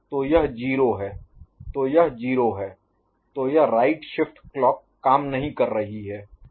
तो यह 0 है तो यह 0 है तो यह राइट शिफ्ट क्लॉक काम नहीं कर रही है